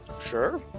Sure